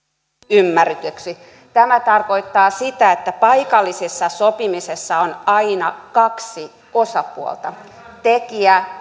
ymmärretyksi tämä tarkoittaa sitä että paikallisessa sopimisessa on aina kaksi osapuolta tekijä